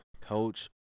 Coach